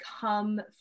come